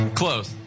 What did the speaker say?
close